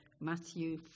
Matthew